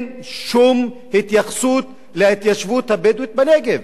שום התייחסות להתיישבות הבדואית בנגב.